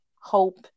hope